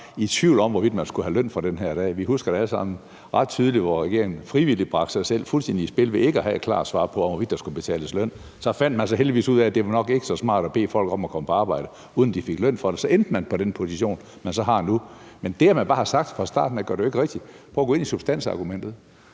i tvivl om, hvorvidt man skulle have løn for den her dag. Vi husker det alle sammen ret tydeligt, hvor regeringen frivilligt bragte sig selv fuldstændig i spil ved ikke at have et klart svar på, hvorvidt der skulle udbetales løn. Så fandt man heldigvis ud af, at det nok ikke var så smart at bede folk om at komme på arbejde, uden at de fik løn for det, og så endte man på den position, man så har nu. Men det, at man bare har sagt det fra starten af, gør det jo ikke rigtigt. Prøv at gå ind i substansargumentet.